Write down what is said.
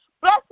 Bless